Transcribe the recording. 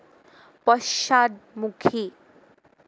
পশ্চাদমুখী